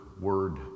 word